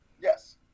Yes